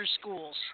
schools